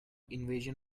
invasion